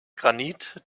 granit